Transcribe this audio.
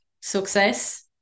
success